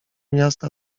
miasta